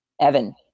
Evan